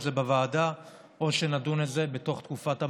זה בוועדה או שנדון בזה בתוך תקופת המעבר.